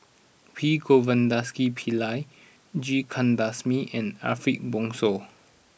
P Govindasamy Pillai G Kandasamy and Ariff Bongso